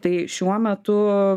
tai šiuo metu